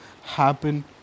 happen